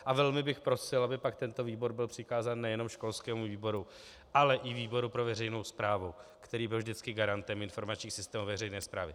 A velmi bych prosil, aby pak tento výbor byl přikázán nejenom školskému výboru, ale i výboru pro veřejnou správu, který byl vždycky garantem informačních systémů veřejné správy.